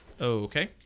Okay